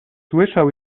słyszał